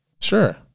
Sure